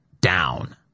down